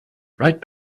right